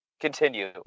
continue